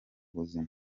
buzima